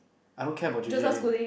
I don't care about J_J-Lin